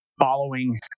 following